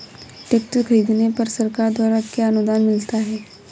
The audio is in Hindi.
ट्रैक्टर खरीदने पर सरकार द्वारा क्या अनुदान मिलता है?